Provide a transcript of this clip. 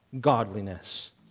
godliness